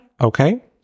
Okay